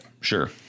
Sure